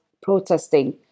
protesting